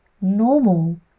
normal